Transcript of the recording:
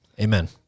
Amen